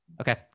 Okay